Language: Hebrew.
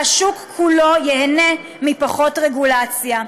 והשוק כולו ייהנה מפחות רגולציה.